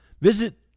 Visit